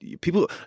people